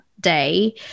day